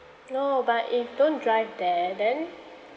no but if don't drive there then